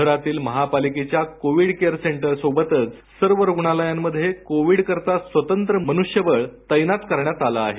शहरातील महापालिकेच्या covid care centre सोबतच सर्व रुग्णालयांमध्ये कोविड करीता स्वतंत्र मनृष्यबळ तैनात करण्यात आलं आहे